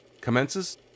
commences